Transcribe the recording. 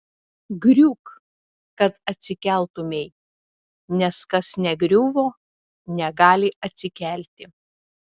griūk kad atsikeltumei nes kas negriuvo negali atsikelti